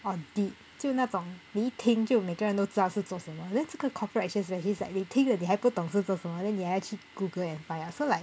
audit 就那种你一听就每个人都知道是在做什么 then 这个 corporate specialist 你听了还不懂是做什么 then 你还去 google and find out so like